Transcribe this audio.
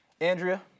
Andrea